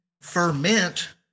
ferment